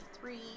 three